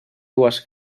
dues